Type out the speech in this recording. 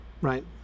right